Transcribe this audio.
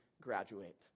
graduate